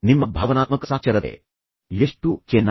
ನಿಮ್ಮ ಭಾವನಾತ್ಮಕ ಸಾಕ್ಷರತೆ ಎಷ್ಟು ಚೆನ್ನಾಗಿದೆ